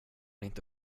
inte